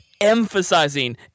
emphasizing